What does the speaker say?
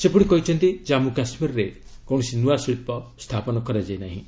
ସେ କହିଛନ୍ତି ଜାନ୍ମୁ କାଶ୍ମୀରରେ କୌଣସି ନୂଆ ଶିଳ୍ପ ସ୍ଥାପନ ହୋଇନାହିଁ